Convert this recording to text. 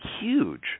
huge